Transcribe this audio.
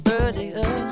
earlier